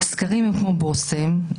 סקרים הם כמו בושם,